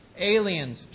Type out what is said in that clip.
aliens